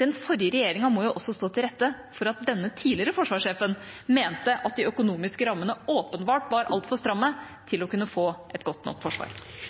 den forrige regjeringa må jo også stå til rette for at denne tidligere forsvarssjefen mente at de økonomiske rammene åpenbart var altfor stramme til å kunne gi et godt nok forsvar.